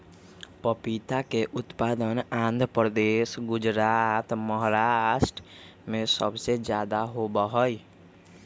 पपीता के उत्पादन आंध्र प्रदेश, गुजरात और महाराष्ट्र में सबसे ज्यादा होबा हई